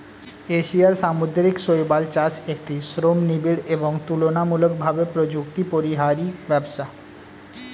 এশিয়ার সামুদ্রিক শৈবাল চাষ একটি শ্রমনিবিড় এবং তুলনামূলকভাবে প্রযুক্তিপরিহারী ব্যবসা